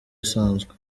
usanzwe